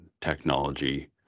technology